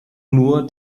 nur